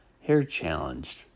hair-challenged